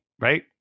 right